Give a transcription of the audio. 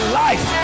life